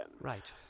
Right